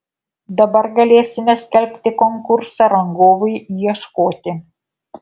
dabar galėsime skelbti konkursą rangovui ieškoti